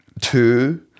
two